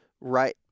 right